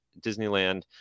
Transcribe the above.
Disneyland